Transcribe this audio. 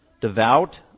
devout